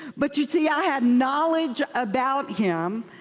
but, you see, i had knowledge about him,